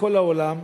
בכל העולם,